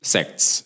Sects